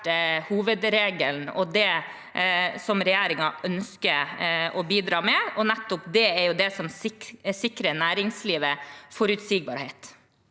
hovedregelen og det regjeringen ønsker å bidra med. Det er nettopp det som sikrer næringslivet forutsigbarhet.